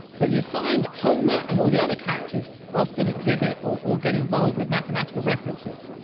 but you find that homer and all the other characters often exhibit, or get involved with, mathematical references.